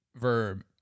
Verb